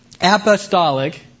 apostolic